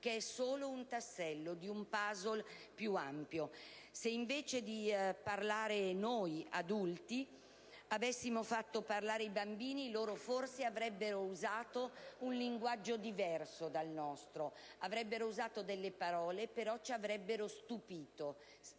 che è solo un tassello di un *puzzle* più ampio. Se, invece di parlare noi adulti, avessimo fatto parlare i bambini, loro forse avrebbero usato un linguaggio diverso dal nostro. Avrebbero usato delle parole, però ci avrebbero stupito.